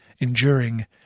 enduring